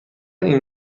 این